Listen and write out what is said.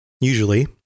Usually